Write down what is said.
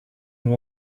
nur